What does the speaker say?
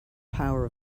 power